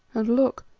and look!